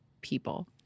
people